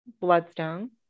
bloodstone